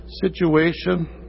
situation